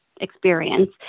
experience